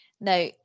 Now